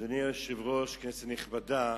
אדוני היושב-ראש, כנסת נכבדה,